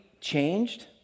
changed